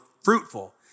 fruitful